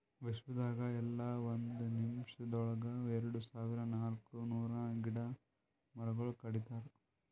ವಿಶ್ವದಾಗ್ ಎಲ್ಲಾ ಒಂದ್ ನಿಮಿಷಗೊಳ್ದಾಗ್ ಎರಡು ಸಾವಿರ ನಾಲ್ಕ ನೂರು ಗಿಡ ಮರಗೊಳ್ ಕಡಿತಾರ್